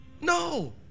No